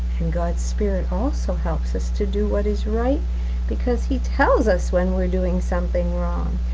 and god's spirit also helps us to do what is right because he tells us when we're doing something wrong,